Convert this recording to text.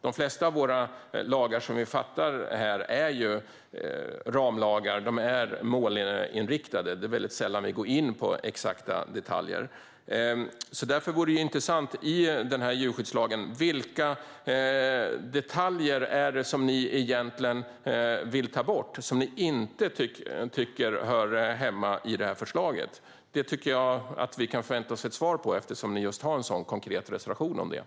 De flesta av de lagar vi fattar beslut om här är målinriktade ramlagar. Det är väldigt sällan vi går in på exakta detaljer. Därför vore det intressant att få veta vilka detaljer i djurskyddslagen ni egentligen vill ta bort och inte tycker hör hemma i förslaget. Det tycker jag att vi kan förvänta oss ett svar på, eftersom ni har en konkret reservation om detta.